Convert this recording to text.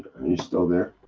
are you still there?